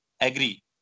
Agree